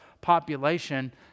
population